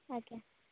ଆଜ୍ଞା